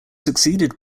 succeeded